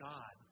God